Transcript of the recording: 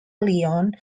leone